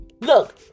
Look